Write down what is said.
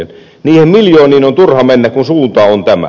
niihin miljooniin on turha mennä kun suunta on tämä